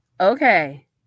Okay